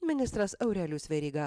ministras aurelijus veryga